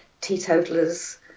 teetotalers